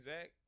Zach